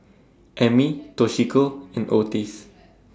Ammie Toshiko and Otis